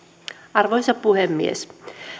arvoisa puhemies